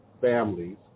families